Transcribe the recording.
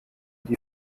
die